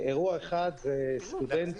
ישראייר פועלת לאורך כל משבר הקורונה,